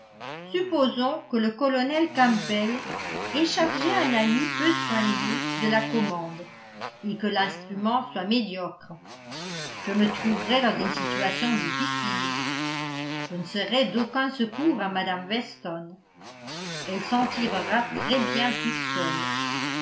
supposons que le colonel campbell ait chargé un ami peu soigneux de la commande et que l'instrument soit médiocre je me trouverais dans une situation difficile je ne serais d'aucun secours à mme weston elle s'en tirera très bien toute seule